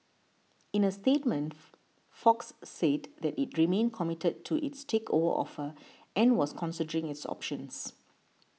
in a statement Fox said that it remained committed to its takeover offer and was considering its options